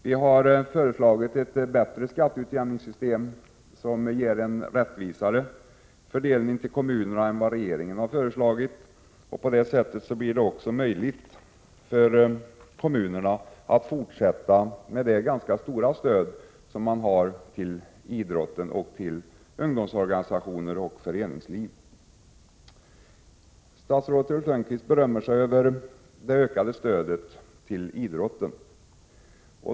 Vi har föreslagit ett bättre skatteutjämningssystem som ger en rättvisare fördelning till kommunerna än vad regeringen har föreslagit. På det sättet blir det också möjligt för kommunerna att fortsätta med det ganska stora stöd som de ger till idrotten och till ungdomsorganisationer och föreningsliv. Statsrådet Lönnqvist berömmer sig över det ökade stödet till idrotten.